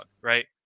right